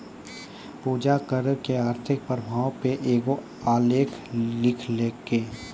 पूजा करो के आर्थिक प्रभाव पे एगो आलेख लिखलकै